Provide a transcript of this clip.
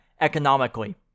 economically